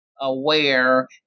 aware